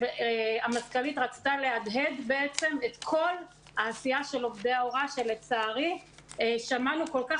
המזכ"לית רצתה להדהד את כל העשייה של עובדי ההוראה שלצערי שמענו כל כך